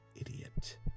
idiot